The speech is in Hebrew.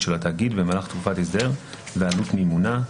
של התאגיד במהלך תקופת ההסדר ועלות מימונה,